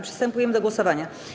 Przystępujemy do głosowania.